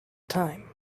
time